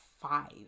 five